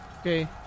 Okay